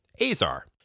Azar